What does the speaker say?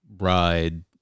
ride